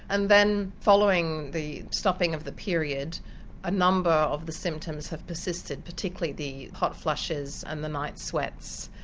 and then following the stopping of the period a number of the symptoms have persisted, particularly the hot flushes and the night sweats,